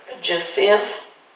Joseph